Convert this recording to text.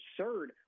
absurd